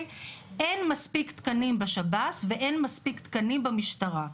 אין מספיק תקנים בשב"ס ואין מספיק תקנים במשטרה.